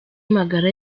magara